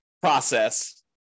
process